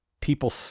people